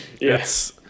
Yes